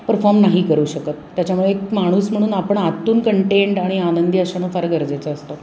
perform नाही करू शकत त्याच्यामुळे एक माणूस म्हणून आपण आतून कंटेंट आणि आनंदी असणं फार गरजेचं असतं